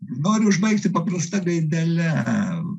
noriu užbaigti paprasta gaidele